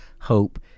hope